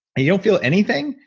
and you don't feel anything,